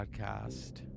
podcast